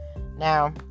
Now